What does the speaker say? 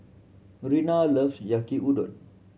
Rena love Yaki Udon